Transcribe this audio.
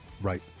Right